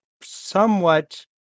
somewhat